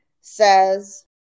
says